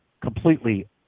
completely